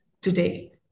today